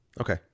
okay